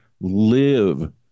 live